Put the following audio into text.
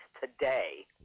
today